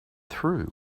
through